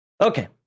Okay